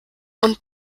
und